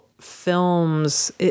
films